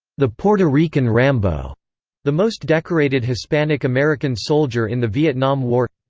the puerto rican rambo the most decorated hispanic american soldier in the vietnam war